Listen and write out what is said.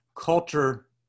culture